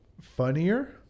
funnier